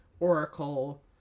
Oracle